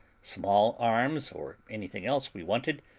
small-arms, or anything else we wanted,